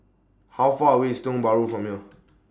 How Far away IS Tiong Bahru from here